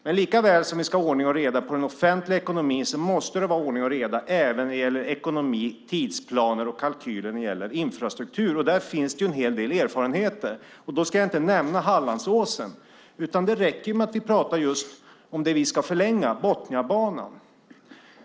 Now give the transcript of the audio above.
Men likaväl som vi ska ha ordning och reda i den offentliga ekonomin måste det vara ordning och reda när det gäller ekonomi, tidsplaner och kalkyler i fråga om infrastruktur. Där finns det en hel del erfarenheter. Då ska jag inte nämna Hallandsåsen, utan det räcker med att vi pratar om just det vi ska förlänga, Botniabanan.